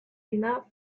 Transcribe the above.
enough